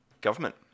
government